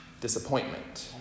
disappointment